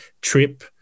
trip